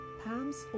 palms